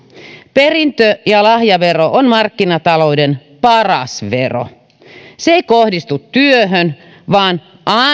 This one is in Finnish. perintö ja lahjavero on markkinatalouden paras vero se ei kohdistu työhön vaan